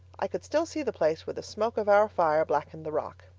i could still see the place where the smoke of our fire blackened the rock.